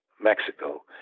Mexico